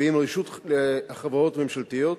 ועם רשות החברות הממשלתיות,